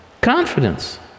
confidence